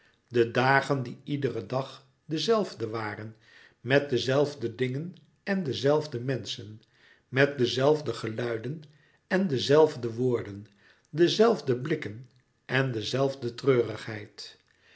de dagen die iederen dag de zelfde waren met de zelfde dingen en de zelfde louis couperus metamorfoze menschen met de zelfde geluiden en de zelfde woorden de zelfde blikken en de zelfde treurigheid